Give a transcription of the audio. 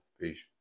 Peace